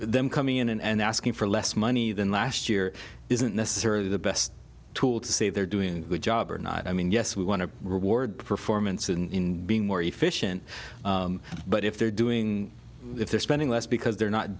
them coming in and asking for less money than last year isn't necessarily the best tool to say they're doing a good job or not i mean yes we want to reward performance in being more efficient but if they're doing if they're spending less because they're not